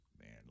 man